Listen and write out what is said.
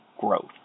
growth